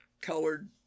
colored